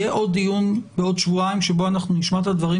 יהיה עוד דיון בעוד שבועיים שבו אנחנו נשמע את הדברים